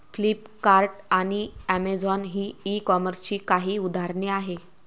Flipkart आणि Amazon ही ई कॉमर्सची काही उदाहरणे आहे